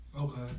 Okay